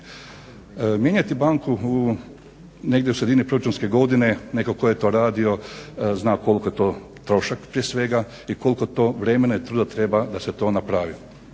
Mijenjati banku negdje u sredini proračunske godine, netko tko je to radio zna koliki je to trošak prije svega i koliko to vremena i truda treba da se to napravi.